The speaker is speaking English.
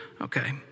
Okay